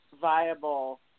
viable